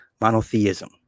monotheism